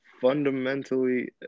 fundamentally